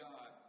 God